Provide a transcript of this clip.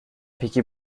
peki